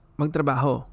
magtrabaho